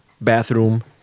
bathroom